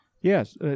Yes